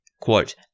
quote